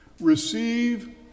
Receive